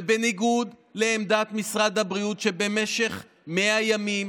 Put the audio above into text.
ובניגוד לעמדת משרד הבריאות, שבמשך 100 ימים